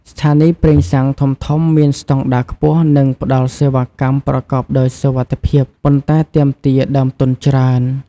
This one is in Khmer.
ស្ថានីយ៍ប្រេងសាំងធំៗមានស្តង់ដារខ្ពស់និងផ្តល់សេវាកម្មប្រកបដោយសុវត្ថិភាព ប៉ុន្តែទាមទារដើមទុនច្រើន។